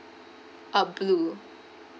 uh blue